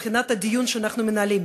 מבחינת הדיון שאנחנו מנהלים,